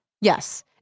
Yes